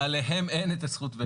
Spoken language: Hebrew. עליהם אין את הזכות וטו.